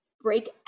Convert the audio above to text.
break